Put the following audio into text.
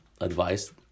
advice